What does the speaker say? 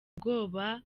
ubwoba